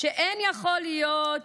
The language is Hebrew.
שלא יכול להיות